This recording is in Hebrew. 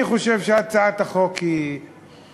אני חושב שהצעת החוק טובה,